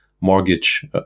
mortgage